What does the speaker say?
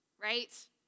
right